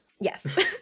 Yes